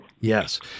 Yes